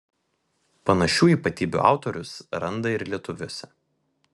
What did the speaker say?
panašių ypatybių autorius randa ir lietuviuose